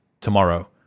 tomorrow